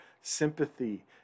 sympathy